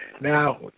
Now